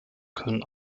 können